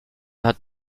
hat